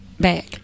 back